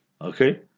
Okay